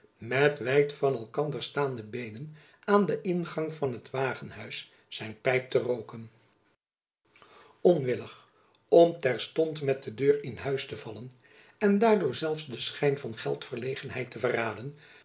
met wijd van elkander staande beenen aan den ingang van het wagenhuis zijn pijp te rooken onwillig om terstond met de deur in huis te vallen en daardoor zelfs den schijn van geldverlegenheid te verraden